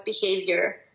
behavior